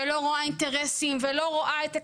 ולא רואה אינטרסים ולא רואה את הכסף,